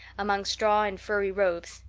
among straw and furry robes.